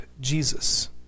Jesus